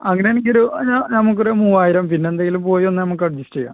അങ്ങനെയാണെങ്കിൽ ഒരു ആ നമുക്കൊരു മൂവായിരം പിന്നെ എന്തെങ്കിലും പോയി വന്നാൽ നമുക്ക് അഡ്ജസ്റ്റ് ചെയ്യാം